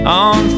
on